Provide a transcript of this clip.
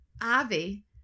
Avi